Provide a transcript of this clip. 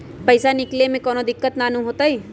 पईसा निकले में कउनो दिक़्क़त नानू न होताई?